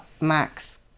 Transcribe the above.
max